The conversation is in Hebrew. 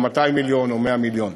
או 200 מיליון או מיליון,